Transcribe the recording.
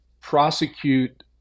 prosecute